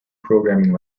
programming